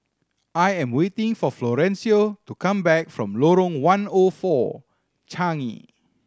I am waiting for Florencio to come back from Lorong One O Four Changi